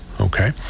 Okay